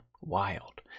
Wild